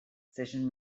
section